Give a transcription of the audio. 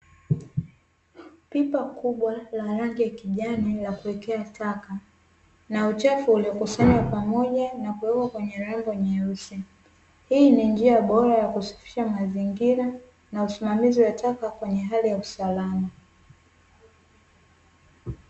Pipa kubwa la rangi ya kijani la kuwekea taka na uchafu uliokusanywa pamoja na kuwekwa kwenye rambo nyeus. Hii ni njia bora ya kusafisha mazingira na usimamizi wa taka kwenye hali ya usalama.